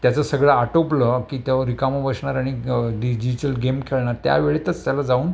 त्याचं सगळं आटोपलं की तेव्हा रिकाम बसणार आणि डिजिटल गेम खेळणार त्या वेळेतच त्याला जाऊन